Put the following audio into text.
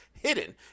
hidden